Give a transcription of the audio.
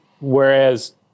whereas